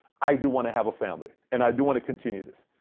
i do want to have family. and i do want to continue this.